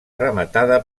rematada